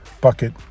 bucket